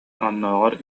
оннооҕор